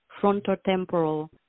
frontotemporal